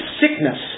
sickness